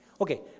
Okay